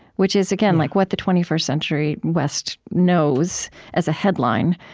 which is, again, like what the twenty first century west knows as a headline